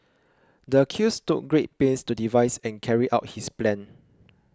the accused took great pains to devise and carry out his plan